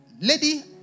lady